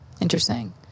Interesting